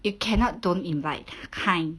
you cannot don't invite kind